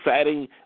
exciting